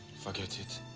forget it.